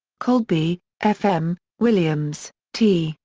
colby, f. m, williams, t,